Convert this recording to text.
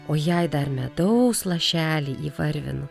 o jei dar medaus lašelį įvarvinu